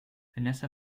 vanessa